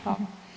Hvala.